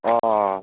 अ